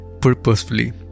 purposefully